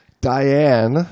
Diane